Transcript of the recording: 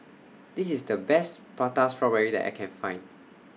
This IS The Best Prata Strawberry that I Can Find